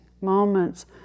Moments